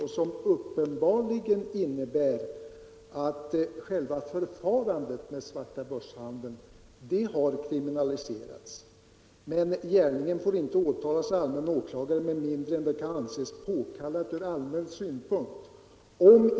Detta stadgande innebär uppenbarligen att själva förfarandet med svartabörshandeln har kriminaliserats men att gärningen icke får åtalas med mindre det kan anses påkallat ur allmän synpunkt.